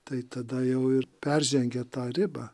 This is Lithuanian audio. tai tada jau ir peržengia tą ribą